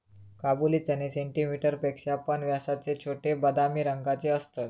काबुली चणे सेंटीमीटर पेक्षा पण व्यासाचे छोटे, बदामी रंगाचे असतत